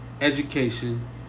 education